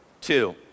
Two